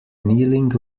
kneeling